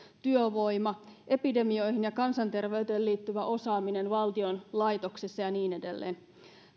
työvoima epidemioihin ja kansanterveyteen liittyvä osaaminen valtion laitoksissa ja niin edelleen